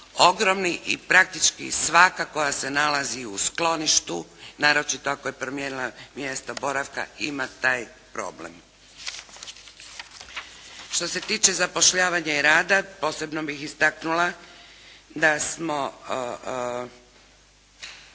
ogromni. I praktički svaka koja se nalazi u skloništu, naročito ako je promijenila mjesto boravka ima taj problem. Što se tiče zapošljavanja i rada, posebno bih istaknula da smo